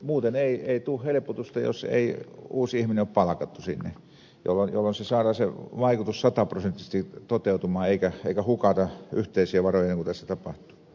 muuten ei tule helpotusta jos ei uusi ihminen ole palkattu sinne jolloin saadaan se vaikutus sataprosenttisesti toteutumaan eikä hukata yhteisiä varoja niin kuin tässä tapahtuu